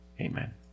Amen